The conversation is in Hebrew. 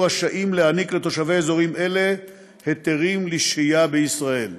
רשאים להעניק לתושבי אזורים אלה היתרים לשהייה בישראל.